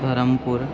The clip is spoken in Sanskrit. पेरंपूर्